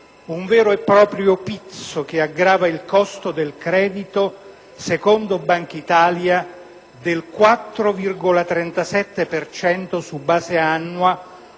un vero e proprio «pizzo» che aggrava il costo del credito, secondo Bankitalia del 4,37 per cento su base annua